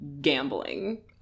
gambling